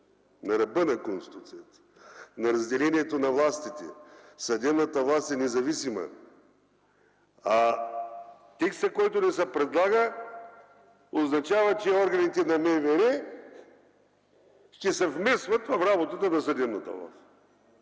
на ръба на Конституцията, на разделението на властите. Съдебната власт е независима, а текстът, който ни се предлага, означава, че органите на МВР ще се вмесват в работите на съдебната власт.